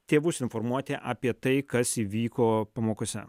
tėvus informuoti apie tai kas įvyko pamokose